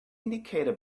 indicator